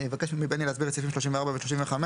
אבקש מבני להסביר את סעיפים 34 ו-35.